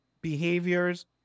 behaviors